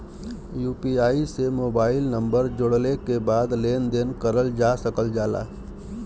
UPI से mobile number जोड़ले के बाद लेन देन करल जा सकल जाला